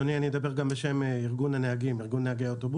אדוני, אני אדבר גם בשם ארגון נהגי האוטובוסים.